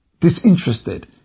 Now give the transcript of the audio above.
disinterested